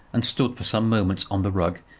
and stood for some moments on the rug,